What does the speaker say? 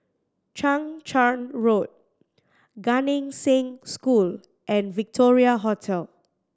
Chang Charn Road Gan Eng Seng School and Victoria Hotel